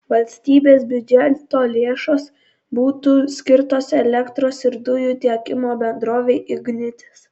valstybės biudžeto lėšos būtų skirtos elektros ir dujų tiekimo bendrovei ignitis